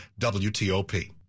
WTOP